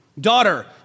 Daughter